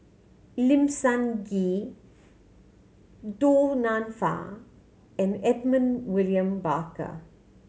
Lim Sun Gee Du Nanfa and Edmund William Barker